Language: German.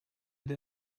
den